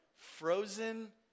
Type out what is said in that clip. frozen